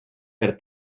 per